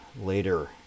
later